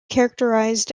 characterized